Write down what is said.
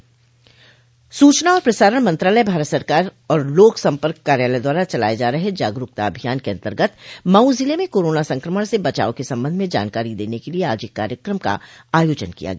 सूचना और प्रसारण मंत्रालय भारत सरकार और लोक सम्पर्क कार्यालय द्वारा चलाय जा रहे जागरूकता अभियान के अन्तर्गत मऊ जिले में कोरोना संक्रमण से बचाव के संबंध में जानकारी देने के लिये आज एक कार्यक्रम का आयोजन किया गया